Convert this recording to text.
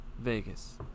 Vegas